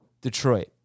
Detroit